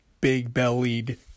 big-bellied